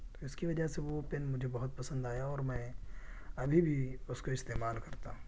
تو اس کی وجہ سے وہ پین مجھے بہت پسند آیا اور میں ابھی بھی اس کو استعمال کرتا ہوں